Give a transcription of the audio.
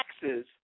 taxes